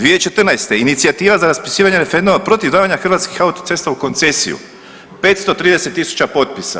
2014. inicijativa za raspisivanje referenduma protiv davanja hrvatskih autocesta u koncesiju, 530 tisuća potpisa.